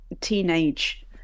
teenage